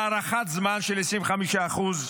הארכת זמן של 25%;